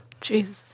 Jesus